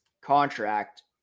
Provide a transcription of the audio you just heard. contract